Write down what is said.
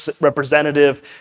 representative